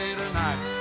tonight